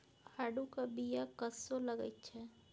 आड़ूक बीया कस्सो लगैत छै